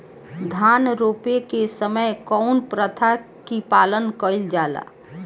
धान रोपे के समय कउन प्रथा की पालन कइल जाला?